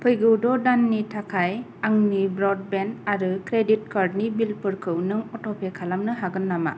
फैगौ ड' दाननि थाखाय आंनि ब्र'डबेन्ड आरो क्रेडिट कार्डनि बिलफोरखौ नों अट'पे खालामनो हागोन नामा